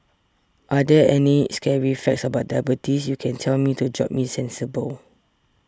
are there any scary facts about diabetes you can tell me to jolt me sensible